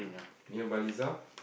near Baliza